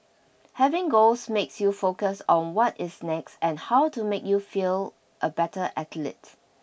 having goals makes you focus on what is next and how to make you feel a better athlete